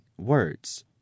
words